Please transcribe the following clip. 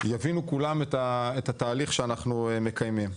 יבינו כולם את התהליך שאנחנו מקיימים.